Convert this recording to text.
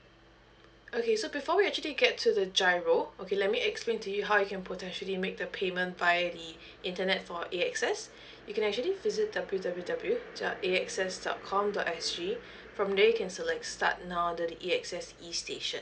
okay so before we actually get to the GIRO okay let me explain to you how I can potentially make the payment by the internet for A_X_S you can actually visit w w w dot A_X_S dot com dot S G from there you can select start now the A_X_S E station